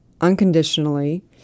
unconditionally